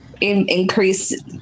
increase